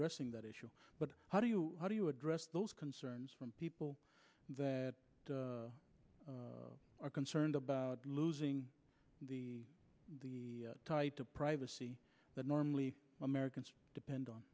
dressing that issue but how do you how do you address those concerns from people that are concerned about losing the the type to privacy that normally americans depend on